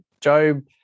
Job